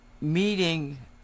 meeting